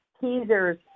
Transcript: teasers